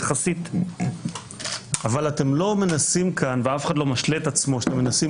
אבל אתם לא מנסים כאן ואף אחד לא משלה עצמו שאתם מנסים